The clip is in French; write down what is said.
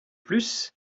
plus